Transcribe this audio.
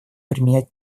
применять